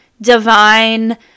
divine